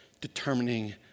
determining